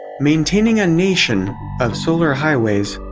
maintaining a nation of solar highways.